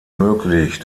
möglich